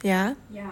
yeah